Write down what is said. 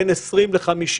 בין 20 ל-50.